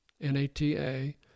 N-A-T-A